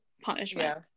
punishment